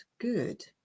good